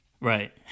right